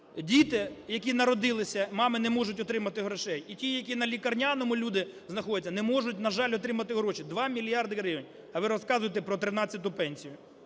діти, які народилися, мами не можуть отримати грошей; і ті, які на лікарняному люди знаходяться, не можуть, на жаль, отримати гроші. 2 мільярди гривень. А ви розказуєте про 13-у пенсію.